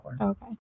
Okay